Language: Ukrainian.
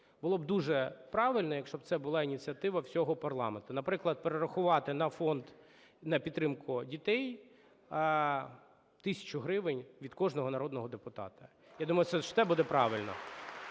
Було б дуже правильно, якщо б це була ініціатива всього парламенту, наприклад, перерахувати на фонд, на підтримку дітей 1 тисячу гривень від кожного народного депутата. Я думаю, що це буде правильно.